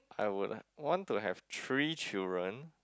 I would want to have three children